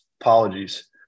apologies